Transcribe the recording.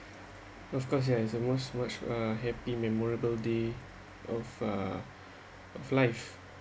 of course ya is a most much uh happy memorable day of uh of life